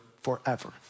forever